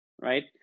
right